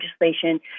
legislation